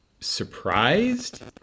surprised